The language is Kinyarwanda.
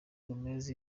gomez